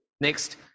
Next